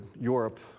Europe